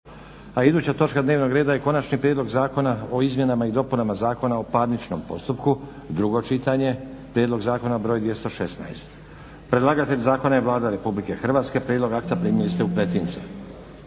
A iduća točka dnevnog reda je - Konačni prijedlog zakona o izmjenama i dopunama Zakona o parničnom postupku, drugo čitanje, P.Z. br. 216. Predlagatelj zakona je Vlada RH. Prijedlog akta primili ste u pretince.